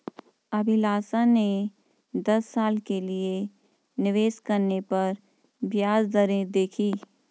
अभिलाषा ने दस साल के लिए निवेश करने पर ब्याज दरें देखी